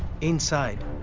Inside